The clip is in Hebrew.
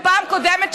בפעם קודמת,